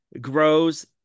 grows